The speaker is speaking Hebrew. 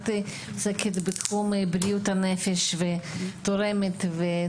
את הקדשת את כול כולך לתחום בתחום בריאות הנפש ואת תורמת לנושא.